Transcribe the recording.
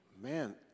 man